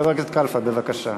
חבר הכנסת קלפה, בבקשה.